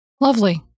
Lovely